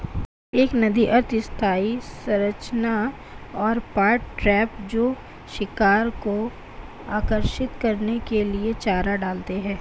एक नदी अर्ध स्थायी संरचना और पॉट ट्रैप जो शिकार को आकर्षित करने के लिए चारा डालते हैं